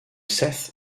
seth